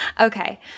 Okay